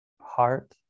heart